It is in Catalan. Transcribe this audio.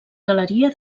galeria